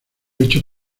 hecho